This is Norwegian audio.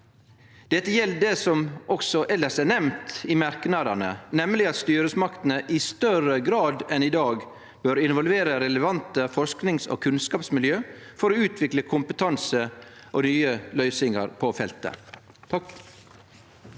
Dette gjeld det som også elles er nemnt i merknadene, nemleg at styresmaktene i større grad enn i dag bør involvere relevante forskings- og kunnskapsmiljø for å utvikle kompetanse og nye løysingar på feltet. Per